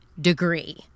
degree